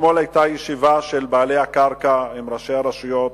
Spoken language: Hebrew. אתמול היתה ישיבה של בעלי הקרקע עם ראשי הרשויות,